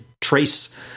trace